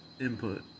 input